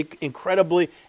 incredibly